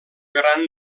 gran